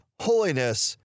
holiness